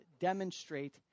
demonstrate